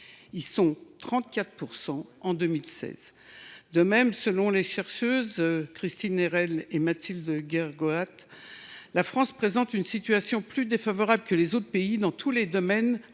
dans ce cas en 2016. De même, selon les chercheuses Christine Erhel et Mathilde Guergoat Larivière, la France présente une situation plus défavorable que les autres pays dans tous les domaines